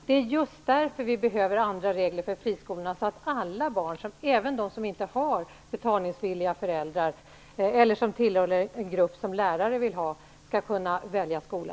Det är just därför vi behöver andra regler för friskolorna, så att alla barn, även de som inte har betalningsvilliga föräldrar eller tillhör en grupp som lärare vill ha, skall kunna välja skola.